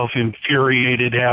infuriated